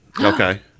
Okay